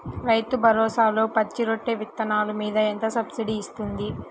రైతు భరోసాలో పచ్చి రొట్టె విత్తనాలు మీద ఎంత సబ్సిడీ ఇస్తుంది?